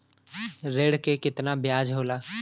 ऋण के कितना ब्याज होला?